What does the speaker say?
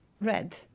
red